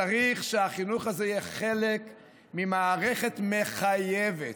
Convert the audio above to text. צריך שהחינוך הזה יהיה חלק ממערכת מחייבת.